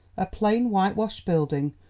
a plain white-washed building,